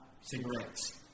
cigarettes